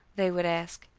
they would ask.